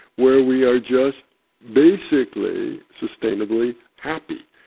where we are just basically sustainably happy.